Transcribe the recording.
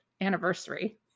anniversary